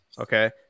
Okay